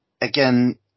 again